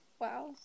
wow